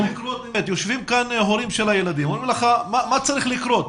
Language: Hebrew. יושבים כאן הורים של הילדים ואומרים לך: מה צריך לקרות